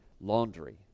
laundry